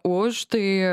už tai